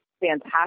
fantastic